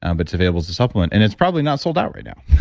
um but it's available as a supplement and it's probably not sold out right now